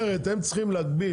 זאת אומרת, הם צריכים להגביל.